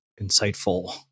insightful